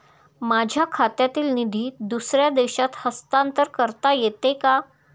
माझ्या खात्यातील निधी दुसऱ्या देशात हस्तांतर करता येते का?